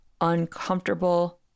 uncomfortable